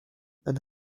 and